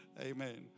Amen